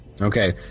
Okay